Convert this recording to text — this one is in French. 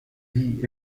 vit